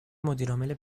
مدیرعامل